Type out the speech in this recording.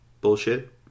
bullshit